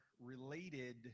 related